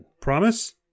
Promise